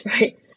Right